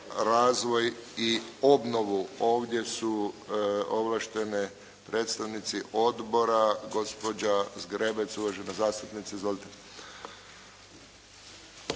razvoj i obnovu. Ovdje su ovlašteni predstavnici odbora, gospođa Zgrebec. Uvažena zastupnice izvolite.